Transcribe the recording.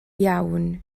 iawn